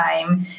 time